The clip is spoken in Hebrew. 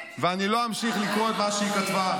אני לא אמשיך לקרוא את מה שהיא כתבה.